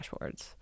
dashboards